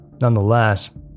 Nonetheless